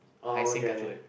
oh okay